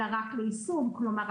כלומר,